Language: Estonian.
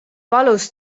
valus